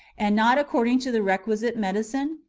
and not according to the requisite medicine?